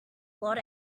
lot